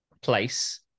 place